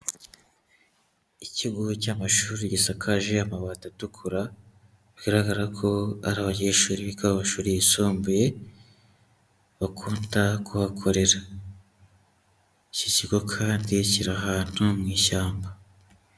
Ikigo cy'amashuri gisakaje amabati atukura, bigaragara ko ari abanyeshuri biga mu mashuri yisumbuye, bakunda kuhakorera. Iki kigo kandi kiri ahantu mu ishyamba.